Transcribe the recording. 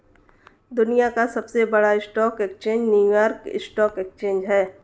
दुनिया का सबसे बड़ा stock exchange New York stock exchange है